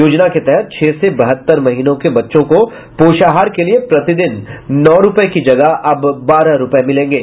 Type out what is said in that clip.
योजना के तहत छह से बहत्तर महीनों के बच्चों को पोषाहार के लिये प्रतिदिन नौ रूपये की जगह अब बारह रूपये मिलेंगे